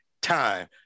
time